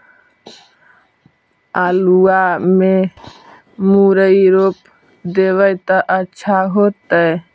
आलुआ में मुरई रोप देबई त अच्छा होतई?